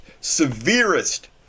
severest